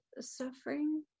suffering